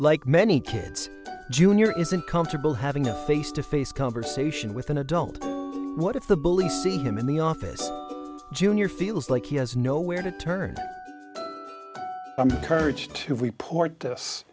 like many kids junior isn't comfortable having face to face conversation with an adult what if the bully see him in the office junior feels like he has no where to turn the courage to report this